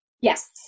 Yes